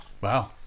Wow